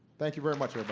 thank you very much,